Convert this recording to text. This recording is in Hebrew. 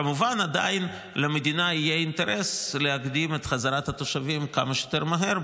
כמובן עדיין למדינה יהיה אינטרס להקדים את חזרת התושבים כמה שיותר מהר,